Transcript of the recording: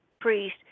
priest